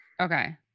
okay